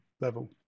level